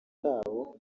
kabo